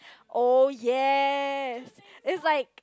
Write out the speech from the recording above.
oh yes is like